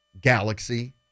Galaxy